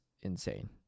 insane